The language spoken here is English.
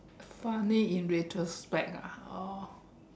funny in retrospect ah orh